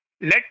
let